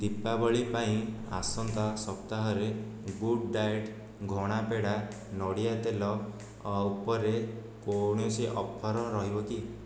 ଦୀପାବଳି ପାଇଁ ଆସନ୍ତା ସପ୍ତାହରେ ଗୁଡ଼୍ ଡାଏଟ୍ ଘଣା ପେଡ଼ା ନଡ଼ିଆ ତେଲ ଉପରେ କୌଣସି ଅଫର୍ ରହିବ କି